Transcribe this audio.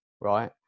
right